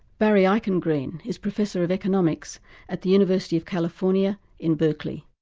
barry eichengreen is professor of economics at the university of california in berkeley.